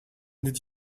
did